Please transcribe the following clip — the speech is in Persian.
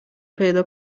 پیدا